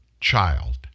child